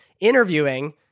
interviewing